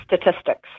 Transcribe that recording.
statistics